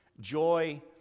joy